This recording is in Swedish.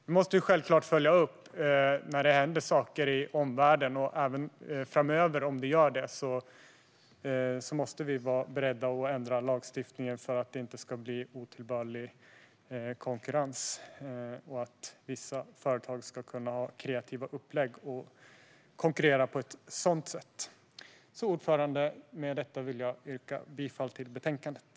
Nu måste vi självklart följa upp när det händer saker i omvärlden. Om det händer något framöver måste vi vara beredda att ändra lagstiftningen så att det inte ska bli fråga om otillbörlig konkurrens, så att vissa företag kan använda sig av kreativa upplägg och konkurrera på ett sådant sätt. Fru talman! Med detta yrkar jag bifall till förslaget i betänkandet.